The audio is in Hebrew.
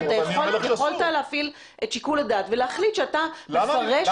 יכולת להפעיל את שיקול הדעת ולהחליט שאתה מפרש.